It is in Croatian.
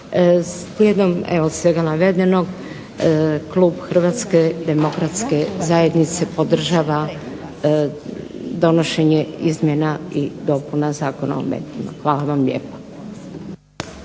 Slijedom evo svega navedenog klub Hrvatske demokratske zajednice podržava donošenje izmjena i dopuna Zakona o medijima. Hvala vam lijepa.